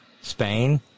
Spain